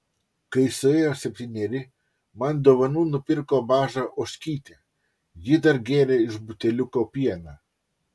kai suėjo septyneri man dovanų nupirko mažą ožkytę ji dar gėrė iš buteliuko pieną